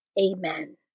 Amen